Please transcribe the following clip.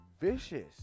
vicious